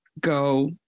go